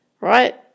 right